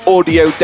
Audio